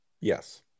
Yes